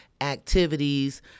activities